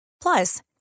Plus